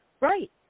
Right